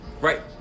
Right